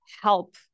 help